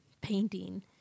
painting